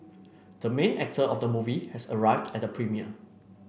the main actor of the movie has arrived at premiere